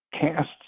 casts